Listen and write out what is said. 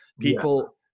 people